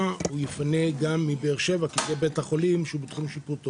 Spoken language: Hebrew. שנפטר בסורוקה ומדובר בתחום שיפוט אחד.